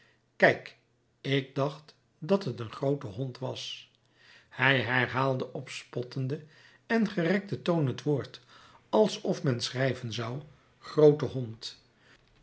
kijk ik dacht dat t een groote hond was hij herhaalde op spottenden en gerekten toon het woord alsof men schrijven zou groote hond